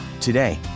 Today